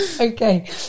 Okay